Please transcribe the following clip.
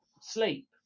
sleep